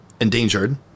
endangered